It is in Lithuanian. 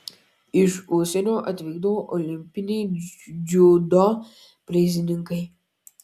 iš užsienio atvykdavo olimpiniai dziudo prizininkai